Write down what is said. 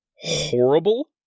horrible